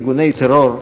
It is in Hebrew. ארגוני טרור,